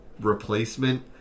replacement